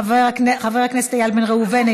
חבר הכנסת איל בן ראובן,